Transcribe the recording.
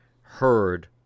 heard